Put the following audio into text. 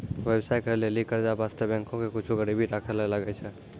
व्यवसाय करै लेली कर्जा बासतें बैंको के कुछु गरीबी राखै ले लागै छै